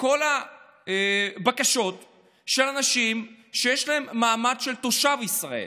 כל הבקשות של אנשים שיש להם מעמד של תושב בישראל.